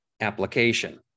application